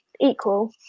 equal